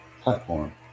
platform